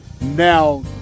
Now